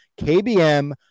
KBM